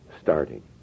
Starting